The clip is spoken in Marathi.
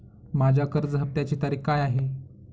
माझ्या कर्ज हफ्त्याची तारीख काय आहे?